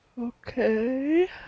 okay